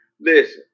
Listen